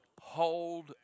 hold